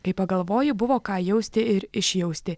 kai pagalvoji buvo ką jausti ir išjausti